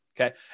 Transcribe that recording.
okay